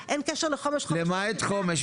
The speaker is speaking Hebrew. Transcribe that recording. אדוני יושב הראש לא תומך בה --- למעט חומש.